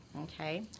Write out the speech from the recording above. Okay